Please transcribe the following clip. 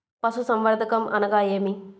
పశుసంవర్ధకం అనగా ఏమి?